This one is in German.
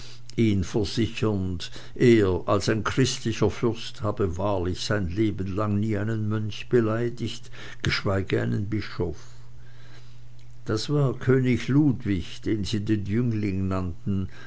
ihn versichernd er als ein christlicher fürst habe wahrlich sein leben lang nie einen mönch beleidigt geschweige einen bischof das war könig ludwig den sie den jüngling nannten